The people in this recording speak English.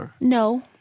No